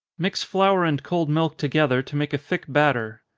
mix flour and cold milk together, to make a thick batter.